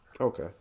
Okay